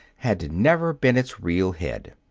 had never been its real head.